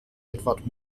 edward